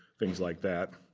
things like that.